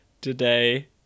today